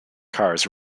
cars